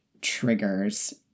triggers